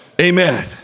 Amen